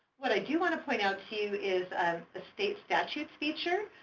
what i do want to point out to you is ah the state statutes feature,